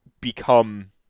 become